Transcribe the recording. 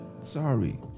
Sorry